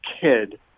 kid